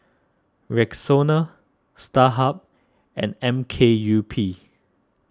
Rexona Starhub and M K U P